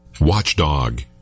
Watchdog